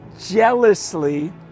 jealously